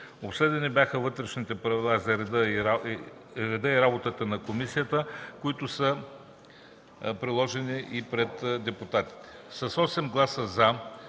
обсъдени Вътрешните правила за реда и работата на комисията, които са раздадени и на депутатите.